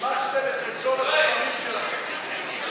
מימשתם את רצון הבוחרים שלכם.